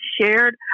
shared